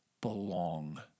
belong